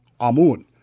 Amun